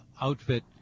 outfit